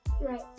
Right